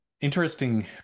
interesting